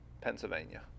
pennsylvania